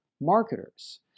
marketers